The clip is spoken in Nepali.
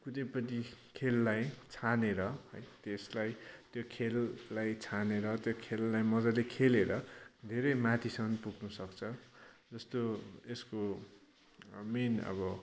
कुनैपनि खेललाई छानेर है त्यसलाई त्यो खेललाई छानेर त्यो खेललाई मज्जाले खेलेर धेरै माथिसम्म पुग्न सक्छ जस्तो यसको मेन अब